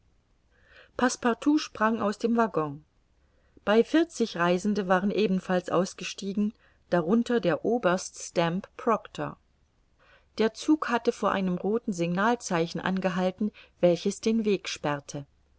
passepartout sprang aus dem waggon bei vierzig reisende waren ebenfalls ausgestiegen darunter der oberst stamp proctor der zug hatte vor einem rothen signalzeichen angehalten welches den weg sperrte